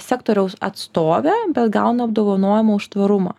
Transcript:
sektoriaus atstovė bet gauna apdovanojimą už tvarumą